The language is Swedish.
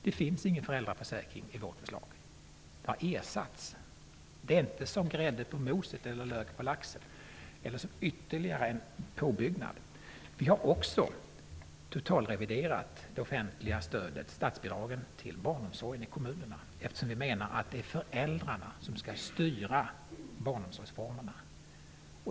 Det finns ingen föräldraförsäkring i vårt förslag. Den tillkommer alltså inte som en ytterligare påbyggnad, som grädde på moset eller lök på laxen. Vi vill också totalrevidera det offentliga stödet i form av statsbidrag till barnomsorgen i kommunerna. Vi menar att det är föräldrarna som skall styra barnomsorgsformerna.